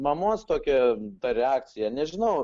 mamos tokia ta reakcija nežinau